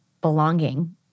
belonging